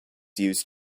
used